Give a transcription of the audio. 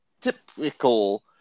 Typical